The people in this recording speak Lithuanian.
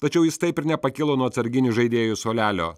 tačiau jis taip ir nepakilo nuo atsarginių žaidėjų suolelio